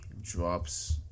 drops